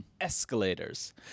escalators